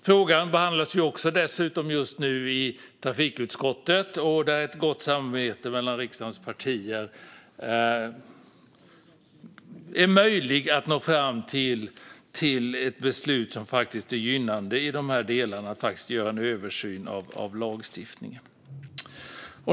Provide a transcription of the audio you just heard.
Frågan behandlas dessutom just nu i trafikutskottet, och där gör ett gott samarbete mellan riksdagens partier det möjligt att nå fram till ett beslut som är gynnande i de här delarna och att en översyn görs av lagstiftningen.